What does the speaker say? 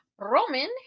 Roman